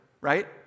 right